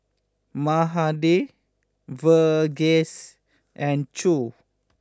Mahade Verghese and Choor